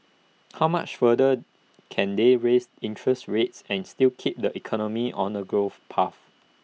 how much further can they raise interest rates and still keep the economy on A growth path